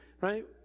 right